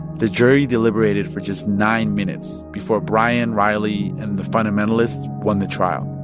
the jury deliberated for just nine minutes before bryan, riley and the fundamentalists won the trial.